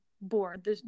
board